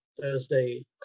Thursday